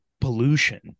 pollution